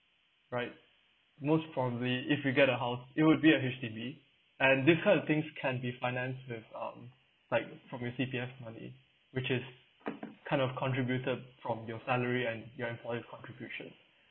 right most probably if you get a house it will be a H_D_B and this kind of things can be financed with um like from your C_P_F money which is kind of contributed from your salary and your employer's contribution